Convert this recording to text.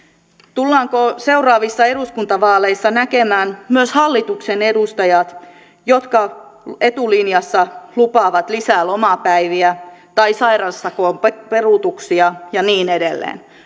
tullaanko seuraavissa eduskuntavaaleissa näkemään myös hallituksen edustajat jotka etulinjassa lupaavat lisää lomapäiviä tai sairaussakon peruutuksia ja niin edelleen